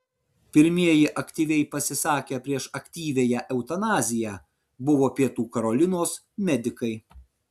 pirmieji aktyviai pasisakę prieš aktyviąją eutanaziją buvo pietų karolinos medikai